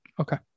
Okay